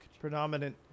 predominant